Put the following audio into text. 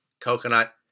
Coconut